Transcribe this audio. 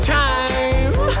time